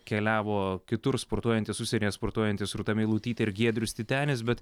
keliavo kitur sportuojantys užsienyje sportuojantys rūta meilutytė ir giedrius titenis bet